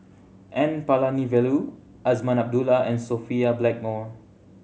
N Palanivelu Azman Abdullah and Sophia Blackmore